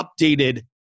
updated